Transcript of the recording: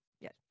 yes